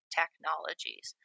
technologies